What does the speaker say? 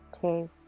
two